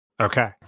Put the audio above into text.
Okay